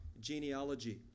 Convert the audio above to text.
genealogy